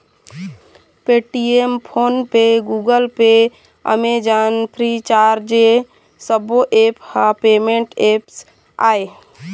Paytm, Phonepe, Google Pay, Amazon, Freecharge ए सब्बो apps ह पेमेंट ऐप्स आय